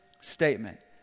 statement